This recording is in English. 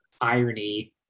irony